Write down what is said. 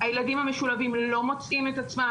הילדים המשולבים לא מוצאים את עצמם.